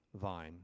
vine